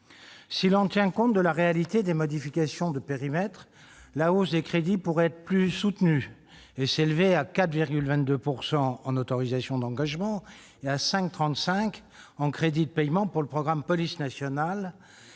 Si l'on tenait compte de la réalité des modifications de périmètre, la hausse des crédits serait même plus soutenue : elle s'élèverait à 4,22 % en autorisations d'engagement et à 5,35 % en crédits de paiement pour le programme « Police nationale